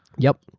yup.